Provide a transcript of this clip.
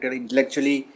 intellectually